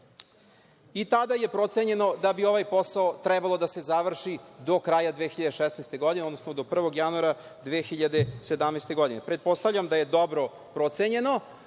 i tada je procenjeno da bi ovaj posao trebao da se završi do kraja 2016. godine, odnosno do 1. januara 2017. godine. Pretpostavljam da je dobro procenjeno,